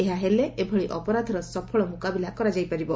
ଏହା ହେଲେ ଏଭଳି ଅପରାଧର ସଫଳ ମୁକାବିଲା କରାଯାଇ ପାରିବ